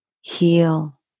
heal